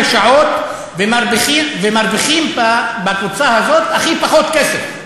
שעות ומרוויחים בקבוצה הזאת הכי פחות כסף,